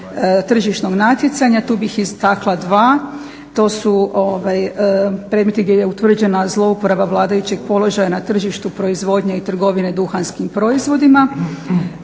tržišnog natjecanja. Tu bih istakla 2, to su predmeti gdje je utvrđena zloupotreba vladajućeg položaja na tržištu proizvodnje i trgovine duhanskih proizvodima